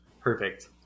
Perfect